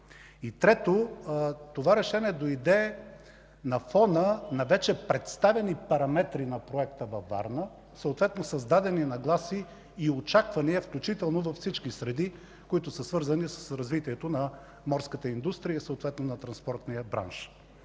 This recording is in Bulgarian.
Трето, това решение дойде на фона на вече представени параметри на проекта във Варна, съответно създадени нагласи и очаквания, включително във всички среди, свързани с развитието на морската индустрия и съответно на транспортния бранш.